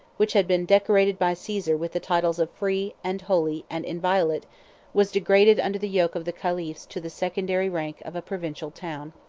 which had been decorated by caesar with the titles of free, and holy, and inviolate was degraded under the yoke of the caliphs to the secondary rank of a provincial town.